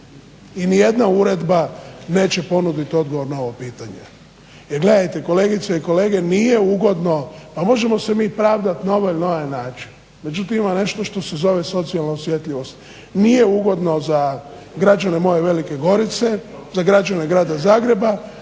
I nijedna uredba neće ponuditi odgovor na ovo pitanje. Jer gledajte kolegice i kolege nije ugodno, možemo se mi pravdati na ovaj ili onaj način. Međutim ima nešto što se zove socijalna osjetljivost. Nije ugodno za građane moje Velike Gorice, za građane grada Zagreba